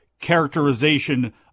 characterization